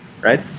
Right